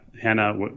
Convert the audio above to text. Hannah